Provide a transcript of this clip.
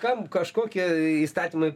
kam kažkokie įstatymai